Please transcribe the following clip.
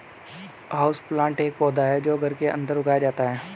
houseplant एक पौधा है जो घर के अंदर उगाया जाता है